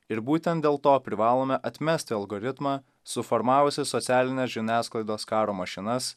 ir būtent dėl to privalome atmesti algoritmą suformavusį socialines žiniasklaidos karo mašinas